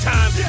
Time